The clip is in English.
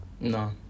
No